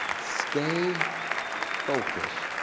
stay focused